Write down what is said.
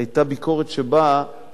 היתה ביקורת שבאה